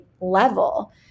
level